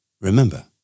Remember